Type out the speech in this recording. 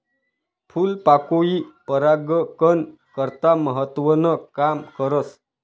फूलपाकोई परागकन करता महत्वनं काम करस